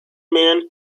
man